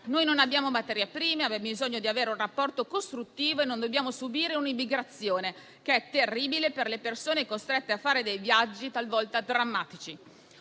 noi non abbiamo materie prime, abbiamo bisogno di avere un rapporto costruttivo e non dobbiamo subire un'immigrazione che è terribile per le persone costrette a fare viaggi talvolta drammatici.